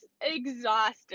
exhausted